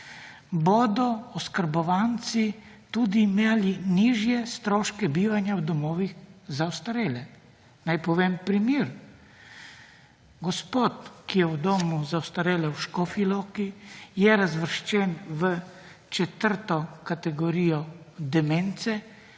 bodo oskrbovanci tudi imeli nižje stroške bivanja v domovih za ostarele, naj povem primer. Gospod, ki je v domovi za ostarele v Škofja Loki je razvrščen v četrto kategorijo demence,